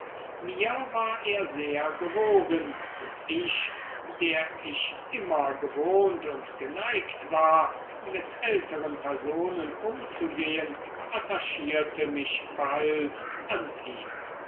mir war er sehr gewogen und ich der ich immer gewohnt und geneigt war mit älteren personen umzugehen attachierte mich bald an ihn